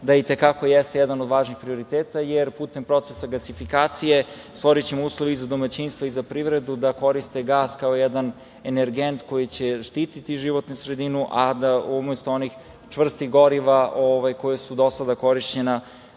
da i te kako jeste jedan od važnih prioriteta, jer putem procesa gasifikacije stvorićemo uslove i za domaćinstva i za privredu da koriste gas kao jedan energent koji će štititi životnu sredinu umesto onih čvrstih goriva koja su do sada korišćena